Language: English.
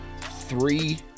Three